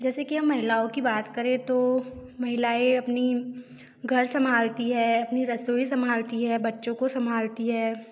जैसे कि हम महिलाओं की बात करें तो महिलाएँ अपना घर संभालती है अपनी रसोई संभालती है बच्चों को संभालती है